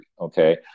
okay